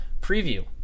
preview